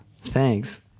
Thanks